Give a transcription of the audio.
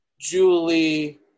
Julie